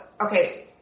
Okay